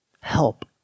Help